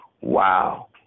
Wow